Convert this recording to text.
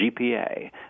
GPA